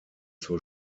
zur